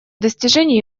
достижение